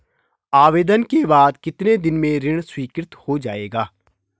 आवेदन के बाद कितने दिन में ऋण स्वीकृत हो जाएगा?